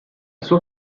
sua